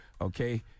okay